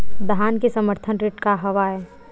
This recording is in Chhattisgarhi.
धान के समर्थन रेट का हवाय?